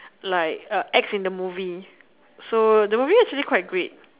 like acts in the movie so the movie is actually quite great